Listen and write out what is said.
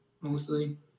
mostly